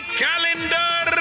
calendar